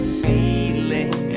ceiling